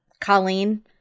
Colleen